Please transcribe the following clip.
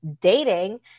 dating